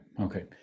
Okay